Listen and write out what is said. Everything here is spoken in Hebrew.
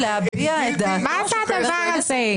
מה זה הדבר הזה?